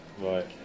Right